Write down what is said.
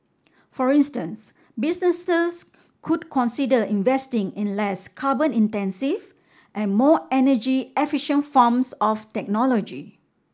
for instance businesses could consider investing in less carbon intensive and more energy efficient forms of technology